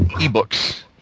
e-books